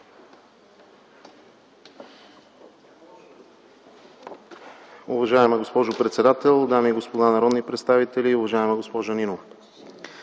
Уважаеми господин председателстващ, дами и господа народни представители, уважаема госпожо